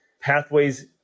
pathways